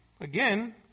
again